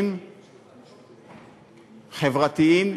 ערכים חברתיים.